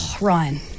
Ryan